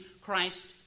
Christ